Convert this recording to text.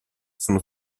sono